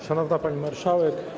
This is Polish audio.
Szanowna Pani Marszałek!